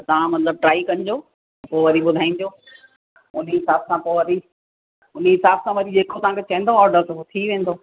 त तव्हां मतलबु ट्राइ कंजो पोइ वरी ॿुधाइजो हुन हिसाब सां पोइ वरी हुन हिसाब सां वरी जेको तव्हांखे चवंदव ऑडर त पोइ थी वेंदो